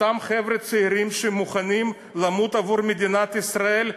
אותם חבר'ה צעירים שמוכנים למות עבור מדינת ישראל,